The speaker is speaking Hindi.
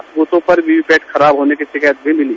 कुछ बूथों पर वीवीपैट खराब होने की शिकायत भी मिली